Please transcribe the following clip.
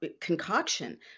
concoction